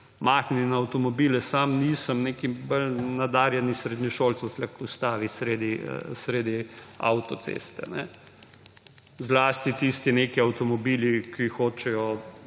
mahnjeni na avtomobile – sam nisem –, nek bolj nadarjen srednješolec vas lahko ustavi sredi avtoceste. Zlasti tisti neki avtomobili, ki hočejo,